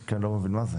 אני מסכים.